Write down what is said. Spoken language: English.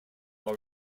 are